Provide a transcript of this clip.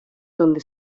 donde